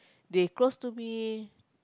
they close to me